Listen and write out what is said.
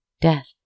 death